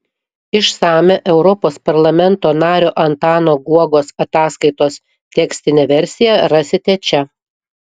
išsamią europos parlamento nario antano guogos ataskaitos tekstinę versiją rasite čia